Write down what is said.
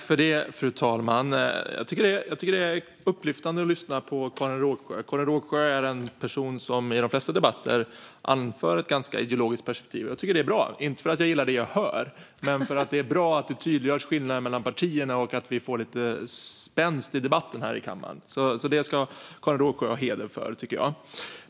Fru talman! Det är upplyftande att lyssna på Karin Rågsjö. Hon är en person som i de flesta debatter anför ett ganska ideologiskt perspektiv. Jag tycker att det är bra, inte för att jag gillar det jag hör utan för att det är bra att skillnaden mellan partierna tydliggörs och för att vi får lite spänst i debatten här i kammaren. Det ska Karin Rågsjö ha all heder för.